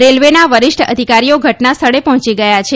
રેલવેના વરિષ્ઠ અધિકારીઓ ઘટના સ્થળે પહોંચી ગયા છે